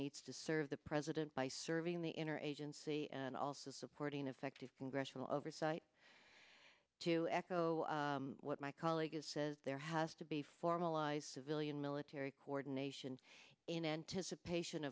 needs to serve the president by serving the inner edge and c and also supporting effective congressional oversight to echo what my colleagues says there has to be formalized civilian military coordination in anticipation